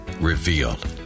revealed